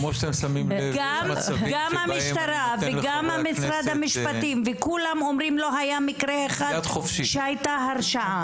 גם משרד המשפטים וכולם אומרים שלא היה מקרה אחד בו הייתה הרשעה.